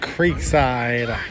Creekside